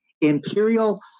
imperial